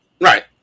Right